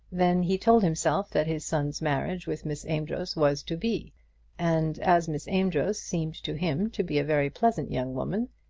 then he told himself that his son's marriage with miss amedroz was to be and, as miss amedroz seemed to him to be a very pleasant young woman,